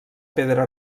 pedra